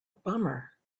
bummer